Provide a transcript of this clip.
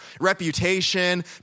reputation